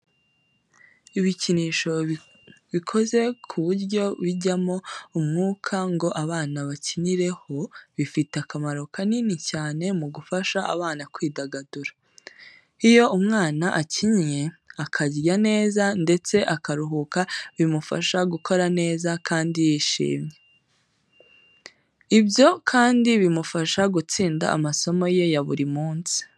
Ibikinisho bikoze ku buryo bijyamo umwuka ngo abana babikinireho, bifite akamaro kanini cyane mu gufasha abana kwidagadura. Iyo umwana akinnye, akarya neza ndetse akaruhuka bimufasha gukura neza kandi yishimye. Ibyo kandi bimufasha gutsinda amasomo ye ya buri munsi.